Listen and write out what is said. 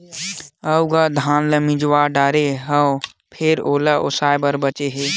अउ गा धान ल मिजवा डारे हव फेर ओला ओसाय बर बाचे हे